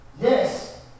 Yes